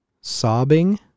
sobbing